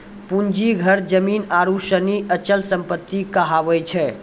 पूंजी घर जमीन आरु सनी अचल सम्पत्ति कहलावै छै